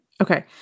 Okay